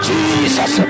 Jesus